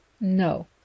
No